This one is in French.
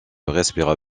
respira